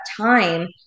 time